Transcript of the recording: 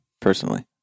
personally